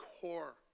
core